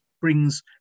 brings